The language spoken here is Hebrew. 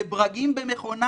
לברגים במכונה,